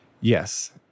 Yes